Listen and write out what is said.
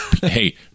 Hey